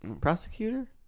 Prosecutor